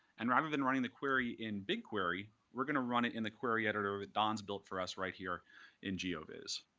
and rather than running the query in bigquery, we're going to run it in the query editor that don's built for us right here in geo vis.